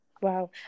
Wow